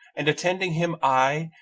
and, attending him, i,